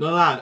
no lah